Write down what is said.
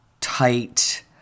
tight